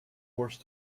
horse